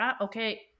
Okay